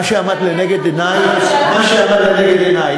מה שעמד לנגד עיני, זה צריך להגיע להכרעת הממשלה.